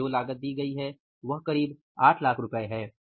हमें जो लागत दी गई है वह करीब 800000 रू है